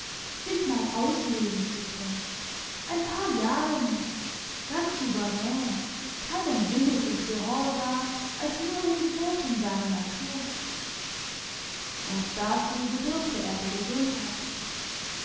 sich mal ausleben zu können ein paar jahre nur ganz souverän keinem willig und gehorsam als nur den geboten seiner natur und dazu bedurfte er der gesundheit